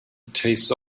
tastes